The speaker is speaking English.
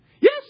Yes